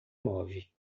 move